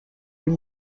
این